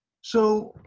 so,